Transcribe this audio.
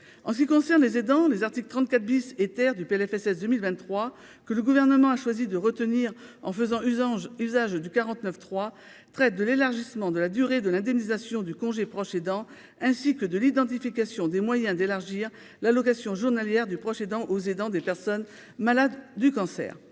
en ce qui concerne les aidant les articles 34 bis et ter du PLFSS 2023, que le gouvernement a choisi de retenir en faisant usage usage du 49 3, traits de l'élargissement de la durée de l'indemnisation du congé proche aidant ainsi que de l'identification des moyens d'élargir l'allocation journalière du proche aidant aux aidants des personnes malades du cancer,